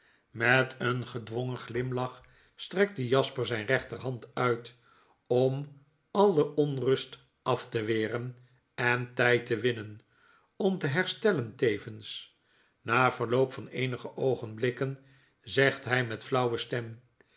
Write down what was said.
met een gedwongen glimlach strekt jasper zijne rechterhand uit als om alle onrust arte weren en tyd te winnen om te herstellen tevens na verloop van eenige oogenblikken zegt hij met flauwe stem